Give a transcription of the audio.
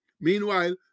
Meanwhile